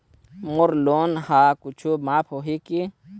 मोर loan हा कुछू माफ होही की?